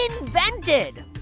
invented